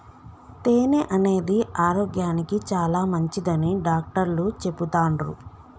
తేనె అనేది ఆరోగ్యానికి చాలా మంచిదని డాక్టర్లు చెపుతాన్రు